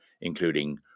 including